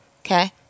Okay